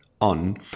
on